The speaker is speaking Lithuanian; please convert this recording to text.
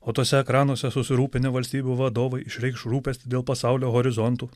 o tuose ekranuose susirūpinę valstybių vadovai išreikš rūpestį dėl pasaulio horizontų